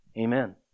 Amen